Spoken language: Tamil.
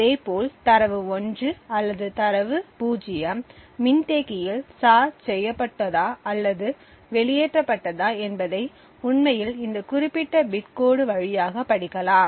அதேபோல் தரவு 1 அல்லது தரவு 0 மின்தேக்கியில் சார்ஜ் செய்யப்பட்டதா அல்லது வெளியேற்றப்பட்டதா என்பதை உண்மையில் இந்த குறிப்பிட்ட பிட் கோடு வழியாக படிக்கலாம்